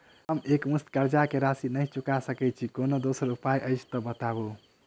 हम एकमुस्त कर्जा कऽ राशि नहि चुका सकय छी, कोनो दोसर उपाय अछि तऽ बताबु?